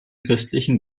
christlichen